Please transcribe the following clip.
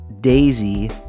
Daisy